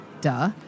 duh